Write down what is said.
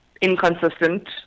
inconsistent